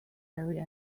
area